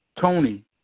Tony